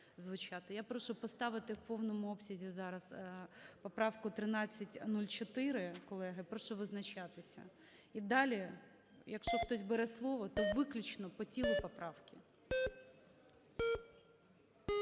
Я прошу поставити в повному обсязі зараз поправку 1304, колеги. Я прошу визначатися. І далі, якщо хтось бере слово, то виключно по тілу поправки.